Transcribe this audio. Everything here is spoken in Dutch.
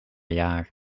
jaar